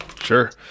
sure